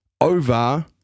over